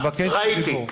ראיתי.